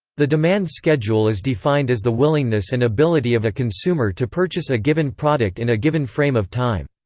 the demand schedule is defined as the willingness and ability of a consumer to purchase a given product in a given frame of time.